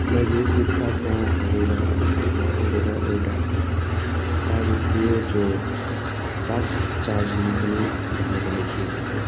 मैले फ्लिपकार्टमा हेरेर हेरेर हेरेर एउटा चार्जर थियो जो फास्ट चार्जिङ पनि भनेर लेखिएको थियो